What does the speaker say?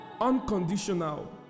unconditional